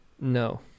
no